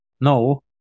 no